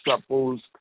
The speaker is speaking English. supposed